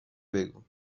بگو